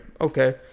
Okay